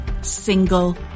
single